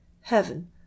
Heaven